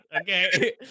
Okay